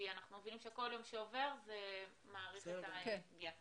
כי אנחנו יודעים שכל יום שעובר זה מאריך את מאריך את